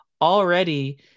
already